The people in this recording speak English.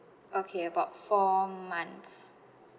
okay about four months